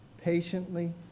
patiently